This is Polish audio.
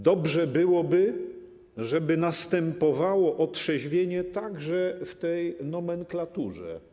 Dobrze byłoby, żeby następowało otrzeźwienie także w nomenklaturze.